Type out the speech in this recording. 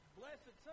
blessed